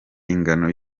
ingano